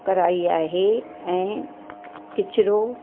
कराई आहे ऐं किचिरो